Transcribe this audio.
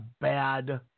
bad